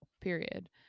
Period